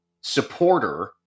supporter